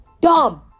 Dumb